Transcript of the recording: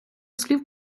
слів